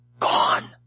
gone